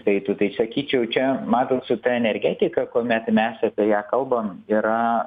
saitų tai sakyčiau čia matot su ta energetika kuomet mes apie ją kalbam yra